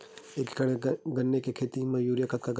एक एकड़ गन्ने के खेती म यूरिया कतका लगही?